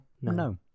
No